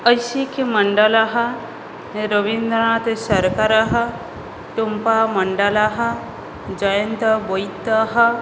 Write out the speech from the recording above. ऐशिक्यमण्डलः रवीन्द्रनाथसर्करः तुम्पामण्डलः जयन्तवैद्यः